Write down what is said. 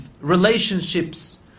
relationships